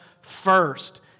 first